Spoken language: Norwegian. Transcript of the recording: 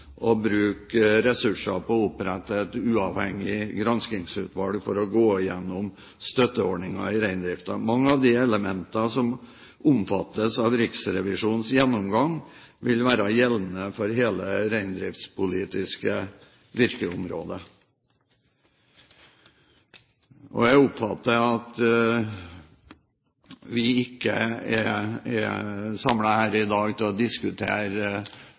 å bruke ressurser på å opprette et uavhengig granskingsutvalg for å gå igjennom støtteordninger i reindriften. Mange av de elementer som omfattes av Riksrevisjonens gjennomgang, vil være gjeldende for hele det reindriftspolitiske virkeområdet. Jeg oppfatter det ikke slik at vi er samlet her i dag for å diskutere